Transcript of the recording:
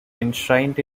enshrined